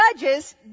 judges